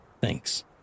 Thanks